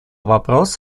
вопрос